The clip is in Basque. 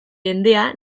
jendea